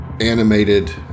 animated